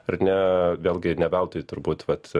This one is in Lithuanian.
ar ne vėlgi ne veltui turbūt vat